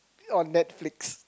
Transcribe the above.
on Netflix